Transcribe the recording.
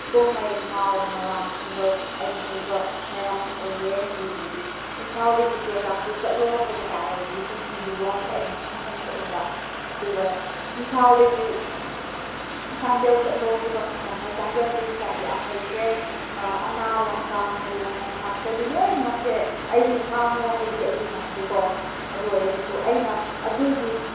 ꯄꯥꯎꯃꯩ ꯃꯥꯎ ꯃꯔꯥꯝ ꯊꯪꯒꯜ ꯑꯩꯅ ꯍꯩꯕ ꯃꯔꯝ ꯑꯣꯏꯌꯦ ꯑꯗꯨꯗꯒꯤꯗꯤ ꯏꯝꯐꯥꯜꯗꯒꯤ ꯆꯨꯔꯆꯥꯟꯄꯨꯔ ꯆꯠꯂꯣ ꯍꯥꯏꯕ ꯇꯥꯔꯒꯗꯤ ꯀꯨꯀꯤꯒꯤ ꯂꯣꯟꯁꯦ ꯑꯩꯅ ꯈꯪꯐꯝ ꯊꯣꯛꯑꯦꯕ ꯑꯗꯨꯒ ꯏꯝꯐꯥꯜꯗꯒꯤ ꯆꯥꯟꯗꯦꯜ ꯆꯠꯂꯣ ꯍꯥꯏꯕ ꯃꯇꯝꯗ ꯆꯥꯟꯗꯦꯜꯗꯤ ꯇ꯭ꯔꯥꯏꯞ ꯌꯥꯝ ꯂꯩꯈ꯭ꯔꯦ ꯑꯅꯥꯜ ꯂꯝꯀꯥ ꯃꯣꯌꯣꯟ ꯃꯣꯟꯁꯥꯡꯁꯦ ꯑꯗꯨ ꯂꯣꯏꯅꯃꯛꯁꯦ ꯑꯩꯗꯤ ꯉꯥꯡꯉꯨ ꯍꯥꯏꯕꯗꯤ ꯑꯩꯗꯤ ꯉꯝꯗꯦꯀꯣ ꯑꯗꯨ ꯑꯣꯏꯔꯒꯁꯨ ꯑꯩꯅ ꯑꯗꯨꯒꯤ